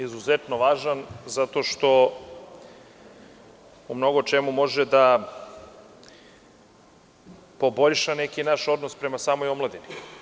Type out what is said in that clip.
Izuzetno važan zato što u mnogo čemu može da poboljša neki naš odnos prema samoj omladini.